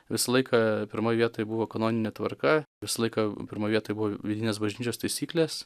visą laiką pirmoj vietoj buvo kanoninė tvarka visą laiką pirmoj vietoj buvo vidinės bažnyčios taisyklės